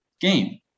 game